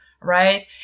Right